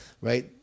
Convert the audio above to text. right